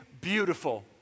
beautiful